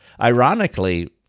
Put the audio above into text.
Ironically